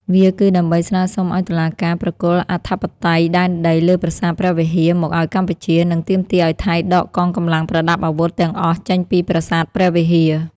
វាគឺដើម្បីស្នើសុំឱ្យតុលាការប្រគល់អធិបតេយ្យដែនដីលើប្រាសាទព្រះវិហារមកឱ្យកម្ពុជា និងទាមទារឱ្យថៃដកកងកម្លាំងប្រដាប់អាវុធទាំងអស់ចេញពីប្រាសាទព្រះវិហារ។